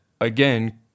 again